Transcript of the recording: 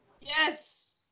Yes